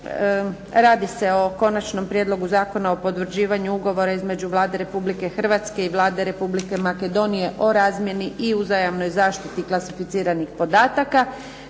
br. 317 - Konačni prijedlog zakona o potvrđivanju ugovora između Vlade Republike Hrvatske i Vijeća ministara Republike Albanije o uzajamnoj zaštiti klasificiranih podataka,